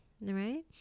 right